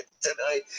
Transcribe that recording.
tonight